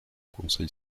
conseil